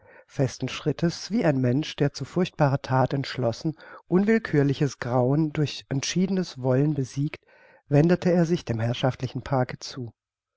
festen schrittes wie ein mensch der zu furchtbarer that entschlossen unwillkürliches grauen durch entschiedenes wollen besiegt wendete er sich dem herrschaftlichen parke zu